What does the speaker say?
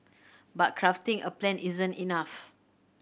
but crafting a plan isn't enough